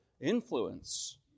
influence